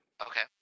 Okay